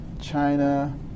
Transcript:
China